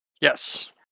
Yes